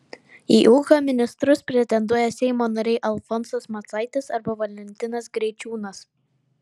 į ūkio ministrus pretenduoja seimo nariai alfonsas macaitis arba valentinas greičiūnas